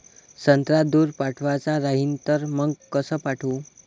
संत्रा दूर पाठवायचा राहिन तर मंग कस पाठवू?